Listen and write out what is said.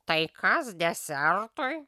tai kas desertui